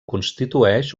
constitueix